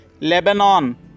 Lebanon